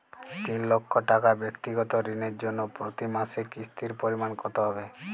তিন লক্ষ টাকা ব্যাক্তিগত ঋণের জন্য প্রতি মাসে কিস্তির পরিমাণ কত হবে?